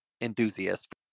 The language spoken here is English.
enthusiast